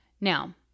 Now